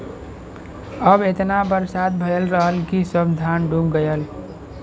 अब एतना बरसात भयल रहल कि सब धान डूब गयल